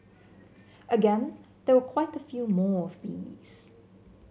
again there were quite a few more of these